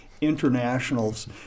International's